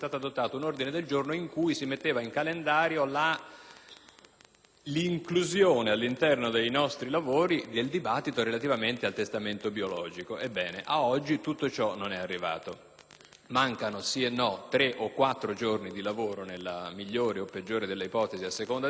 includeva all'interno dei nostri lavori il dibattito relativamente al testamento biologico. Ebbene ad oggi tutto ciò non è arrivato. Mancano sì e no tre o quattro giorni di lavoro, nella migliore o nella peggiore delle ipotesi (a seconda dei gusti) e quindi non credo che arriveremo a dibattere di tutto questo.